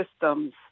systems